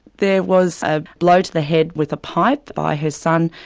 there was a blow to the head with a pipe by his son,